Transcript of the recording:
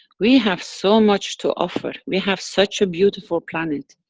we have so much to offer, we have such a beautiful planet.